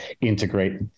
integrate